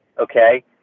Okay